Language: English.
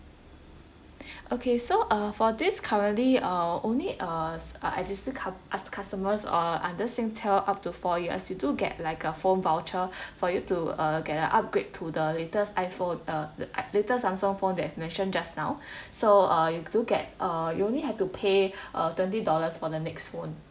okay so uh for this currently uh only uh uh existing cu~ uh customers uh under Singtel up to four years you do get like a phone voucher for you to uh get a upgrade to the latest iPhone uh latest Samsung phone that I've mentioned just now so uh you do get uh you only have to pay uh twenty dollars for the next phone